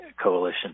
coalition